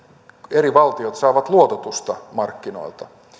eri valtiot saavat luototusta markkinoilta